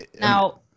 Now